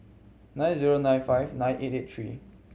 nine zero nine five nine eight eight three